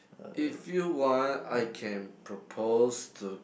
if you want I can propose to